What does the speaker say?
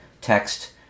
text